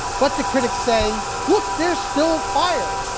but the critics say, look, there's still fire